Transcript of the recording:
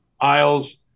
aisles